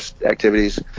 activities